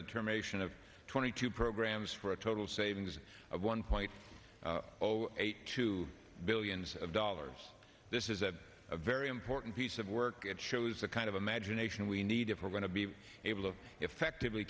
a term ation of twenty two programs for a total savings of one point zero eight to billions of dollars this is a very important piece of work and shows the kind of imagination we need if we're going to be able to effectively